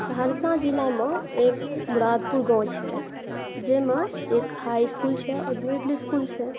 सहरसा जिलामे एक मुरादपुर गाँव छै जाहिमे एक हाई इसकुल छै आओर मिडल इसकुल छै